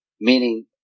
meaning